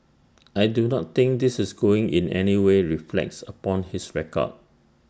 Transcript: I do not think this is going in anyway reflects upon his record